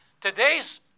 today's